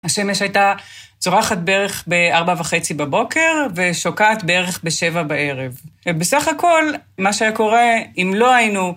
השמש הייתה זורחת בערך בארבע וחצי בבוקר, ושוקעת בערך בשבע בערב. ובסך הכל, מה שקורה אם לא היינו...